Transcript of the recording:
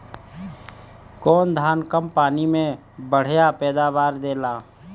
कौन धान कम पानी में बढ़या पैदावार देला?